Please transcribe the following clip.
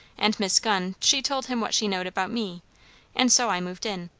and miss gunn she told him what she knowed about me and so i moved in.